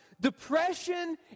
Depression